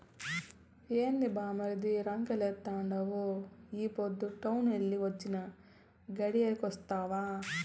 ఏంది బామ్మర్ది రంకెలేత్తండావు ఈ పొద్దే టౌనెల్లి వొచ్చినా, గడియాగొస్తావా